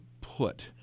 put